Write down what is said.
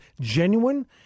genuine